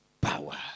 power